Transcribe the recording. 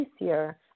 easier